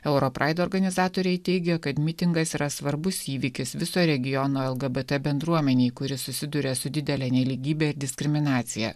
europraido organizatoriai teigia kad mitingas yra svarbus įvykis viso regiono lgbt bendruomenei kuri susiduria su didele nelygybe ir diskriminacija